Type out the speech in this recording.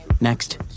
Next